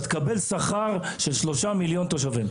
אתה תקבל שכר של 3 מיליון תושבים.